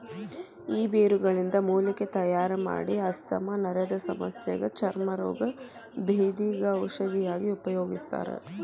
ಈ ಬೇರುಗಳಿಂದ ಮೂಲಿಕೆ ತಯಾರಮಾಡಿ ಆಸ್ತಮಾ ನರದಸಮಸ್ಯಗ ಚರ್ಮ ರೋಗ, ಬೇಧಿಗ ಔಷಧಿಯಾಗಿ ಉಪಯೋಗಿಸ್ತಾರ